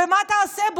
ומה תעשה,